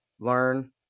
learn